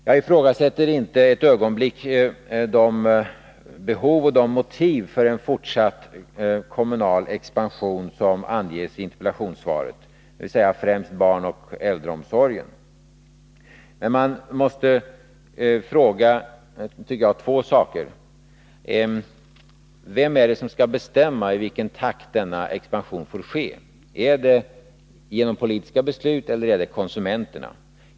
Jag ifrågasätter inte ett ögonblick de behov och de motiv för en fortsatt kommunal expansion som anges i interpellationssvaret, dvs. främst barnoch äldreomsorg, men det är två frågor som man måste ställa: Vem är det som skall bestämma i vilken takt denna expansion får ske? Skall det ske genom politiska beslut eller är det konsumenterna som skall bestämma?